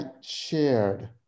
shared